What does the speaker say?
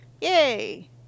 Yay